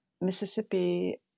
Mississippi